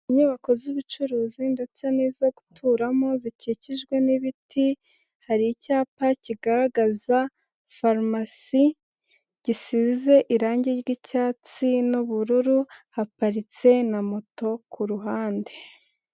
Inyubako z'ubucuruzi ndetse n'izo guturamo zikikijwe n'ibiti, hari icyapa kigaragaza farumasi gisize irangi ry'icyatsi n'ubururu, haparitse na moto kuru ruhande.